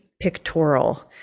pictorial